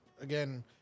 again